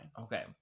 okay